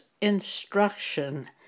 instruction